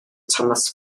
thomas